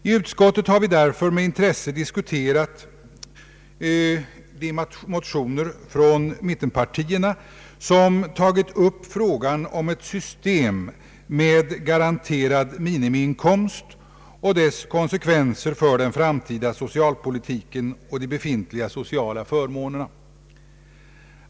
I utskottet har vi därför med intresse diskuterat dessa motioner från mittenpartierna som tagit upp frågan om ett system med garanterad minimiinkomst och dess konsekvenser för den framtida socialpolitiken och de befintliga sociala förmånerna.